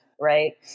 right